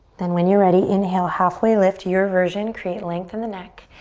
then when you're ready inhale, halfway lift, your version. create length in the neck.